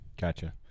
Gotcha